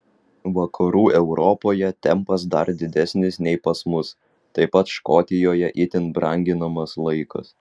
vakarų europoje tempas dar didesnis nei pas mus taip pat škotijoje itin branginamas laikas